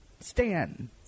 Stan